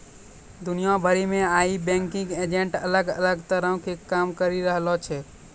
दुनिया भरि मे आइ बैंकिंग एजेंट अलग अलग तरहो के काम करि रहलो छै